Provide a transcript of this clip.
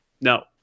no